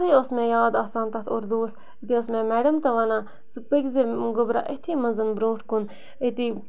یِتھٕے ٲس مےٚ یاد آسان تَتھ اُردوس أتی ٲس مےٚ میڈم تہِ وَنان ژٕ پٔکۍ زِ گوٚبرا أتھی منٛز برونٛٹھ کُن أتی